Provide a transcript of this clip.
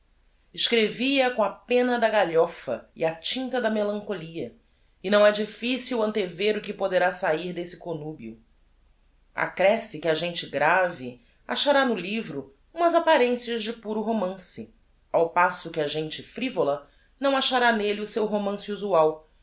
escrevi a com a penna da galhofa e a tinta da melancholia e não é difficil antever o que poderá sair desse connubio accresce que a gente grave achará no livro umas apparencias de puro romance ao passo que a gente frivola não achará nelle o seu romance usual